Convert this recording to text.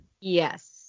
Yes